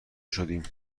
شدیم